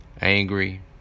angry